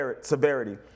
severity